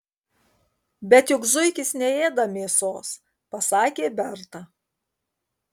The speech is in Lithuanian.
bet juk zuikis neėda mėsos pasakė berta